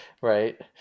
Right